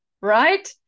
right